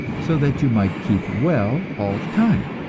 so that you might keep well all the time!